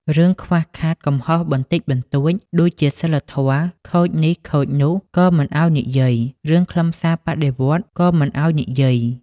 រឿងខ្វះខាតកំហុសបន្តិចបន្តួច ដូចជាសីលធម៌ខូចនេះខូចនោះក៏មិនឱ្យនិយាយ រឿងខ្លឹមសារបដិវត្តន៍ក៏មិនឱ្យនិយាយ។